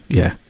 yeah,